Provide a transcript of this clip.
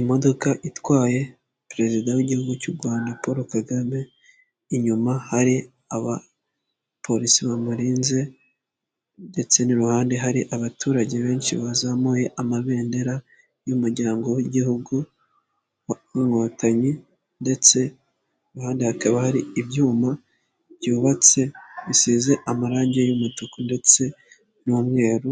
Imodoka itwaye perezida w'igihugu cy'u rwanda Polo Kagame inyuma hari abapolisi bamurinze, ndetse n'iruhande hari abaturage benshi bazamuye amabendera y'umuryango w'igihugu w'inkotanyi, ndetse iruhande hakaba hari ibyuma byubatse bisize amarange y'umutuku ndetse n'umweru,